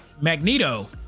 Magneto